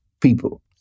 people